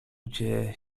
gdzie